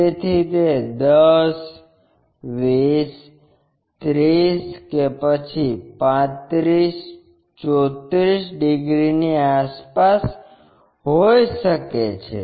તેથી તે 10 20 30 કે પછી 35 34 ડિગ્રીની આસપાસ હોય શકે છે